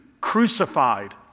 crucified